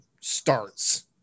starts